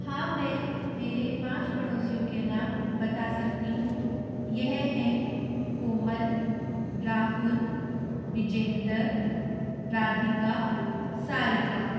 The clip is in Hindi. हाँ मैं मेरे पाँच पड़ोसियों के नाम बता सकती हूँ यह हैं कोमल राहुल विजेंदर राधिका सारिका